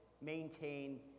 maintain